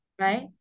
right